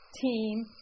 team